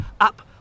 up